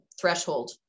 threshold